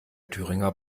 thüringer